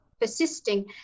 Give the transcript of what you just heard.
persisting